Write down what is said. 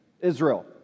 Israel